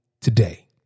today